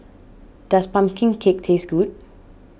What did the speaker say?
does Pumpkin Cake taste good